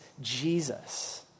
Jesus